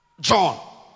John